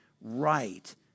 right